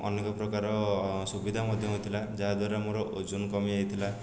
ଅନେକ ପ୍ରକାର ସୁବିଧା ମଧ୍ୟ ହୋଇଥିଲା ଯାହାଦ୍ଵାରା ମୋର ଓଜନ କମିଯାଇଥିଲା